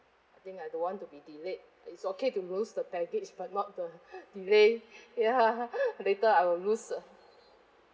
I think I don't want to be delayed it's okay to lose the baggage but not the delay ya later I will lose uh